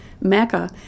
mecca